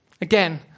again